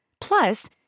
Plus